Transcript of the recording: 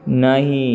नहि